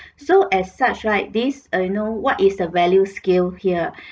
so as such right this uh you know what is the value scale here